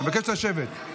בגימטרייה.